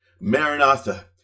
Maranatha